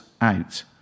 out